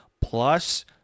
plus